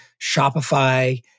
Shopify